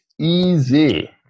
easy